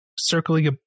circling